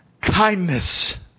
kindness